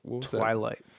Twilight